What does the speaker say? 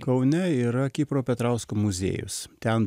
kaune yra kipro petrausko muziejus ten